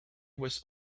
was